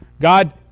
God